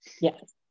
Yes